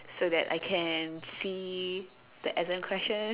so that I can see the exam question